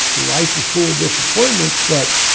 life is full of disappointments, but